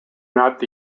not